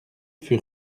fut